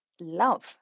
love